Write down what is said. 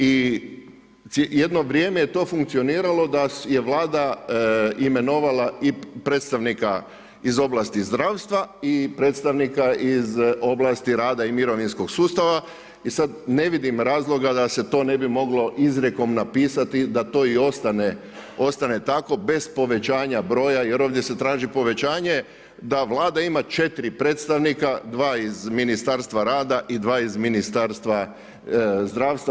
I jedno vrijeme je to funkcioniralo da je Vlada imenovala i predstavnika iz oblasti zdravstva i predstavnika iz oblasti rada i mirovinskog sustava i sad ne vidim razloga da se to ne bi moglo izrijekom napisati da to i ostane tako bez povećanja broja jer ovdje se traži povećanje da Vlada ima 4 predstavnika, dva iz Ministarstva rada i dva iz Ministarstva zdravstva.